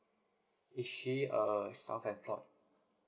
is she a self employed